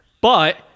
but-